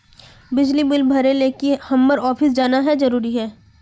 बिजली बिल भरे ले की हम्मर ऑफिस जाना है जरूरी है?